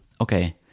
okay